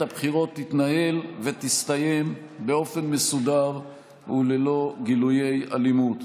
הבחירות תתנהל ותסתיים באופן מסודר וללא גילויי אלימות.